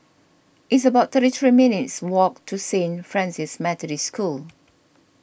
it's about thirty three minutes' walk to Saint Francis Methodist School